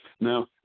Now